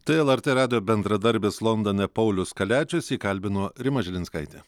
tai lrt radijo bendradarbis londone paulius kaliačius jį kalbino rima žilinskaitė